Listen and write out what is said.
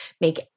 make